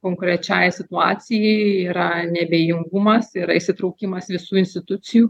konkrečiai situacijai yra neabejingumas yra įsitraukimas visų institucijų